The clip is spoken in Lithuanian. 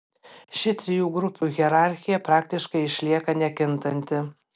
ši trijų grupių hierarchija praktiškai išlieka nekintanti